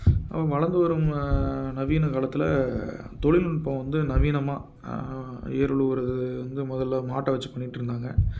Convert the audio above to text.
அப்புறம் வளர்ந்து வரும் ம நவீன காலத்தில் தொழில் நுட்பம் வந்து நவீனமாக ஏறு உழவுறது வந்து முதல்ல மாட்டை வச்சு பண்ணிகிட்டுருந்தாங்க